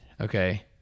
Okay